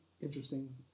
interesting